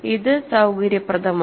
ഇത് സൌകര്യപ്രദമാണ്